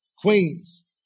queens